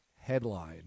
headline